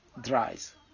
dries